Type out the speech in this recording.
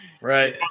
Right